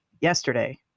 yesterday